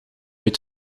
uit